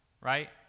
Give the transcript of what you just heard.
right